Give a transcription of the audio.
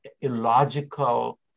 illogical